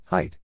Height